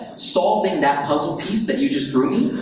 solving that puzzle piece that you just threw me,